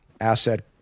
asset